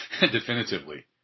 definitively